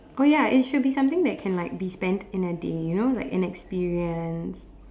oh ya it should be something that can like be spent in a day you know like an experience